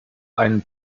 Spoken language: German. einen